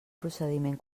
procediment